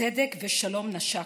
צדק ושלום נשקו"